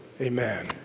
Amen